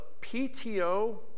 PTO